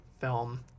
film